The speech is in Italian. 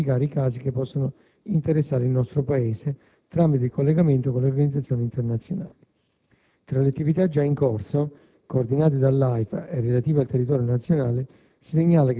deve verificare i casi che possono interessare il nostro Paese tramite il collegamento con le organizzazioni internazionali. Tra le attività già in corso coordinate dall'AIFA e relative al territorio nazionale